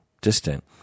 distant